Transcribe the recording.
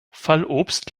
fallobst